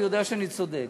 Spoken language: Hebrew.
הוא יודע שאני צודק.